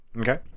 Okay